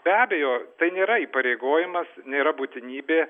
be abejo tai nėra įpareigojimas nėra būtinybė